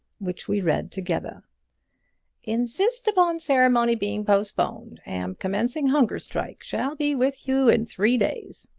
which we read together insist upon ceremony being postponed! am commencing hunger strike. shall be with you in three days.